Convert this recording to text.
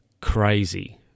Crazy